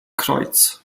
kreuz